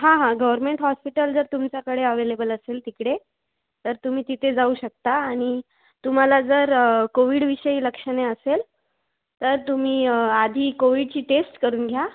हां हां government hospital जर तुमच्याकडे अव्हेलेबल असेल तिकडे तर तुम्ही तिथे जाऊ शकता आणि तुम्हाला जर कोविडविषयी लक्षणे असेल तर तुम्ही आधी कोविडची टेस्ट करून घ्या